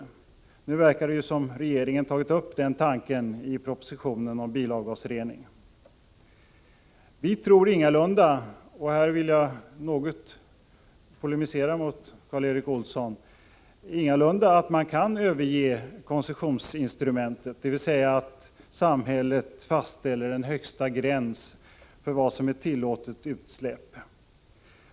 Nu verkar det som regeringen tagit upp den tanken i propositionen om 9” bilavgasrening. Vi tror ingalunda — här vill jag något polemisera mot Karl Erik Olsson — att 20 november 1985 man kan överge koncessionsinstrumentet, dvs. att samhället fastställer en högsta gräns för vad som är tillåtet utsläpp.